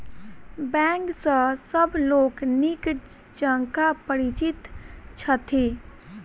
bank सॅ सभ लोक नीक जकाँ परिचित छथि